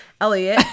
Elliot